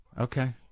Okay